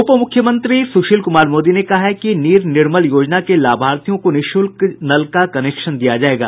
उपमुख्यमंत्री सुशील कुमार मोदी ने कहा है कि नीर निर्मल योजना के लाभार्थियों को निःशुल्क नल का कनेक्शन दिया जायेगा